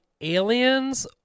aliens